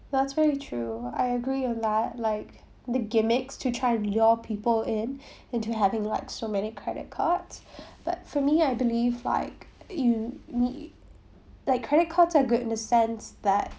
that's very true I agree on that like the gimmicks to try to lure people in into having like so many credit cards but for me I believe like you yo~ like credit cards are good in the sense that